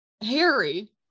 Harry